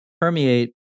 permeate